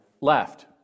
left